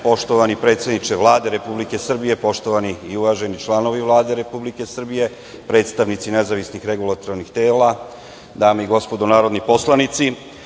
poštovani predsedniče Vlade Republike Srbije, poštovani i uvaženi članovi Vlade Republike Srbije, predstavnici nezavisnih regulatornih tela, dame i gospodo narodni poslanici,